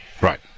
Right